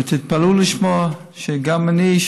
ותתפלאו לשמוע שגם אני,